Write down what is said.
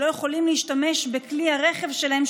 שלא יכולים להשתמש בכלי הרכב שלהם,